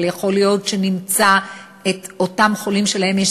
אבל יכול להיות שנמצא את אותם חולים שלהם יש